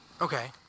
Okay